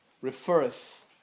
refers